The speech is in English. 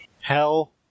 Hell